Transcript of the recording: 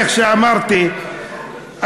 איך שאמרתי,